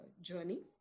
journey